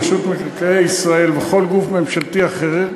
רשות מקרקעי ישראל וכל גוף ממשלתי אחר,